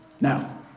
Now